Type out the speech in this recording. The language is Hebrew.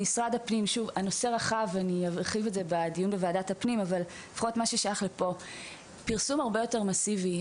משרד הפנים צריך פרסום הרבה יותר מסיבי.